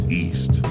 east